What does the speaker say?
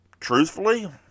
Truthfully